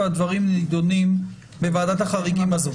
והדברים נידונים בוועדת החריגים הזאת.